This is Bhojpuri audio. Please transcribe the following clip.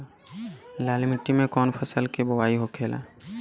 लाल मिट्टी में कौन फसल के बोवाई होखेला?